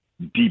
deep